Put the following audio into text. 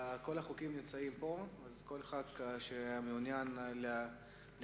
כל החוקים נמצאים פה, אז כל מי שמעוניין לעיין